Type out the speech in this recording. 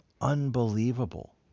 Unbelievable